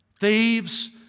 thieves